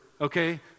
Okay